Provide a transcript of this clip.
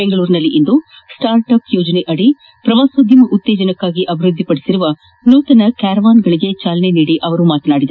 ಬೆಂಗಳೂರಿನಲ್ಲಿಂದು ಸ್ವಾರ್ಟ್ಅಪ್ ಯೋಜನೆಯಡಿ ಪ್ರವಾಸೋದ್ದಮ ಉತ್ತೇಜನಕ್ಕಾಗಿ ಅಭಿವ್ಯದ್ಧಿಪಡಿಸಿರುವ ನೂತನ ಕ್ನಾರವಾನ್ ಗಳಿಗೆ ಚಾಲನೆ ನೀಡಿ ಅವರು ಮಾತನಾಡಿದರು